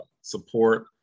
support